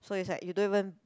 so it's like you don't even